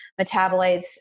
metabolites